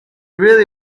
really